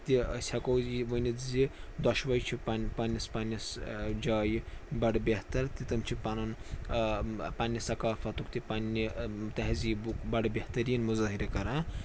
تہِ أسۍ ہٮ۪کو یہِ ؤنِتھ زِ دۄشوَے چھِ پَن پَنٕنِس پَنٕنِس جایہِ بَڈٕ بہتر تہٕ تِم چھِ پَنُن پَنٕنہِ ثقافتُک تہِ پَنٕنہِ تہذیٖبُک بَڈٕ بہتریٖن مُظٲہِرِ کَران